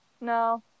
No